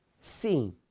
seen